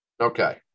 Okay